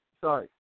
Sorry